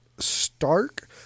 stark